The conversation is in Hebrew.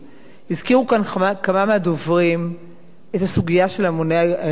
הזכירו כאן כמה מהדוברים את הסוגיה של הממונה על ההגבלים,